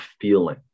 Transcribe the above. feeling